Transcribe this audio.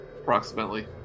approximately